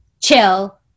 chill